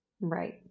Right